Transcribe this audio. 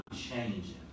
changing